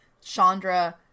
Chandra